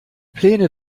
pläne